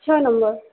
ଛଅ ନମ୍ବର୍